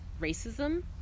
racism